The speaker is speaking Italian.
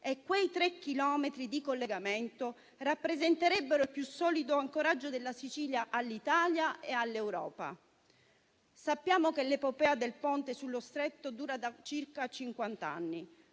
e quei tre chilometri di collegamento rappresenterebbero il più solido ancoraggio della Sicilia all'Italia e all'Europa. Sappiamo che l'epopea del Ponte sullo Stretto dura da circa